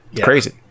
crazy